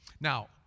Now